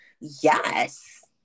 Yes